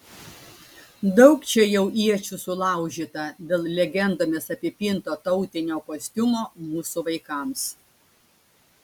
daug čia jau iečių sulaužyta dėl legendomis apipinto tautinio kostiumo mūsų vaikams